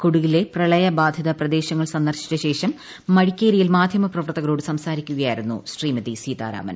കൂടകിലെ പ്രളയബാധിത പ്രദേശങ്ങൾ സന്ദർശിച്ചശേഷം മടിക്കേരിയിൽ മാധ്യമ പ്രവർത്തകരോട് സംസാരിക്കുകയായിരുന്നു ശ്രീമതി സീതാരാമൻ